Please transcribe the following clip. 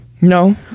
No